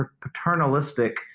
paternalistic